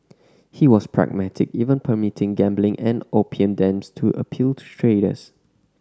he was pragmatic even permitting gambling and opium dens to appeal to traders